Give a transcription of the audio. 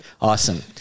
Awesome